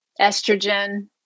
estrogen